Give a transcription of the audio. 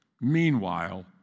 meanwhile